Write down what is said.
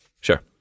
Sure